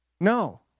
No